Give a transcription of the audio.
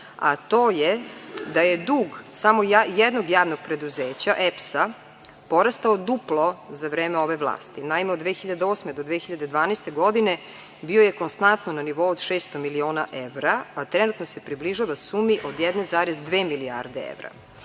a to je da je dug samo jednog javnog preduzeća EPS-a, porastao duplo za vreme ove vlasti. Naime, od 2008. do 2012. godine bio je konstantno na nivou od 600 miliona evra, a trenutno se približava sumi od 1,2 milijarde evra